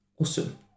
awesome